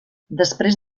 després